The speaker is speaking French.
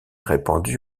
répandu